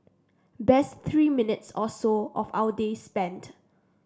best three minutes or so of our day spent